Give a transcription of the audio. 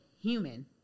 human